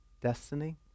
destiny